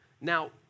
Now